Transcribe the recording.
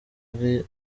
ari